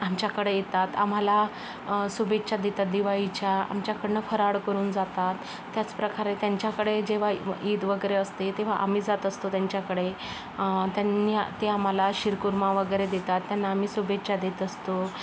आमच्याकडे येतात आम्हाला शुभेच्छा देतात दिवाळीच्या आमच्याकडनं फराळ करून जातात त्याच प्रकारे त्यांच्याकडे जेव्हा ईद वगैरे असते तेव्हा आम्ही जात असतो त्यांच्याकडे त्यांनी ते आम्हाला शीर कुर्मा वगैरे देतात त्यांना आम्ही शुभेच्छा देत असतो